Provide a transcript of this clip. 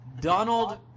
Donald